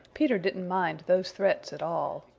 peter didn't mind those threats at all.